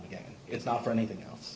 again it's not for anything else